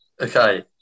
okay